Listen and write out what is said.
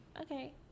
okay